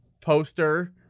poster